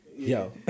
Yo